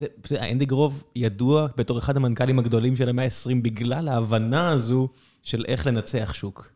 אינדיגרוב ידוע בתור אחד המנכ"לים הגדולים של המאה ה-20, בגלל ההבנה הזו של איך לנצח שוק.